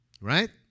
Right